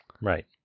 Right